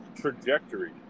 trajectory